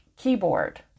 keyboard